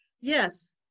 Yes